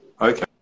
Okay